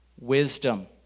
wisdom